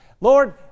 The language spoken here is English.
Lord